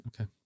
okay